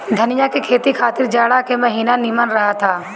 धनिया के खेती खातिर जाड़ा के महिना निमन रहत हअ